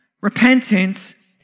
repentance